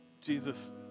Jesus